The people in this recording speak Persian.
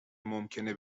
ممکنه